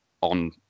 on